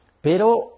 pero